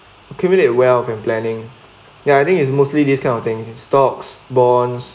accumulate wealth and planning ya I think is mostly this kind of thing stocks bonds